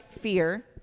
fear